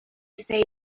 say